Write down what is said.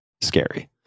scary